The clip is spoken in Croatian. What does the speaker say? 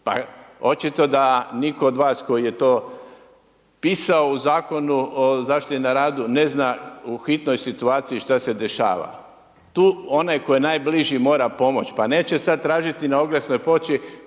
Pa očito da nitko od vas koji je to pisao u Zakonu o zaštiti na radu ne zna u hitnoj situaciji šta se dešava. Tu onaj tko je najbliži mora pomoć. Pa neće sad tražiti na oglasnoj ploči